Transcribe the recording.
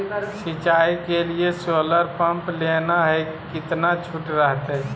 सिंचाई के लिए सोलर पंप लेना है कितना छुट रहतैय?